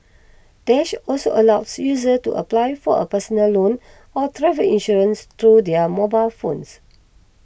dash also allows users to apply for a personal loan or travel insurance through their mobile phones